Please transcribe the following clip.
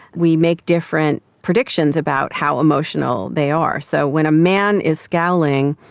we make different predictions about how emotional they are. so when a man is scowling,